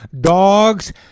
dogs